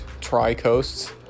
tri-coasts